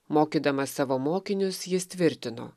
mokydamas savo mokinius jis tvirtino